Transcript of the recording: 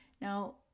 now